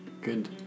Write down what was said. good